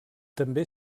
també